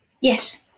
Yes